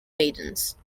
maidens